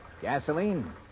Gasoline